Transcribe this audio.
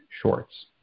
Shorts